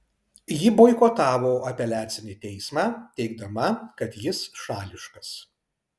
ji boikotavo apeliacinį teismą teigdama kad jis šališkas